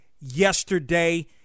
yesterday